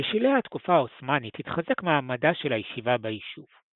בשלהי התקופה העות'מאנית התחזק מעמדה של הישיבה ביישוב.